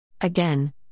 Again